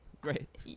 Great